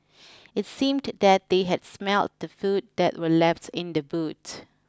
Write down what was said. it seemed that they had smelt the food that were left in the boot